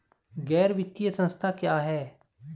गैर वित्तीय संस्था क्या है?